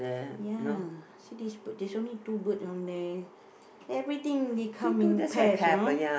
ya so there's only two birds down there everything they come in pairs you know